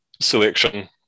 selection